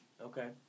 Okay